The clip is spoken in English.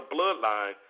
bloodline